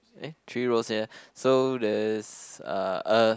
eh three roles ya so there's uh a